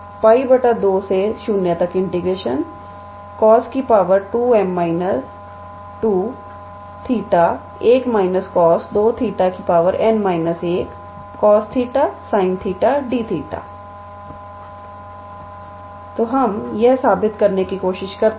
Β𝑚 𝑛 −2 𝜋 20 𝑐𝑜𝑠2𝑚−2𝜃1 − 𝑐𝑜𝑠2𝜃 𝑛−1 cos 𝜃 sin 𝜃𝑑𝜃 तो हम यह साबित करने की कोशिश करते हैं